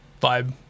vibe